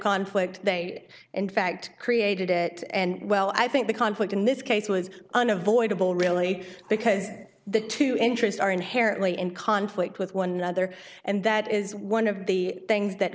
conflict they in fact created it and well i think the conflict in this case was unavoidable really because the two interests are inherently in conflict with one another and that is one of the things that